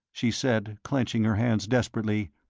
she said, clenching her hands desperately,